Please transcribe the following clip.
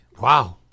Wow